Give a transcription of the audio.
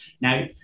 Now